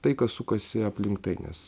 tai kas sukasi aplink tai nes